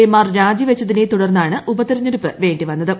A മാർ രാജിവച്ചതിനെ തുടർന്നാണ് ഉപതെരഞ്ഞെടുപ്പ് വേണ്ടി വന്നത്